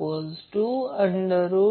प्रथम आपण सोर्सची बाजू